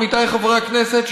עמיתיי חברי הכנסת,